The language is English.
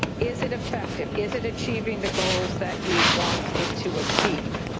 is it effective? is it achieving the goals that you want it to achieve?